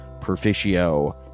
perficio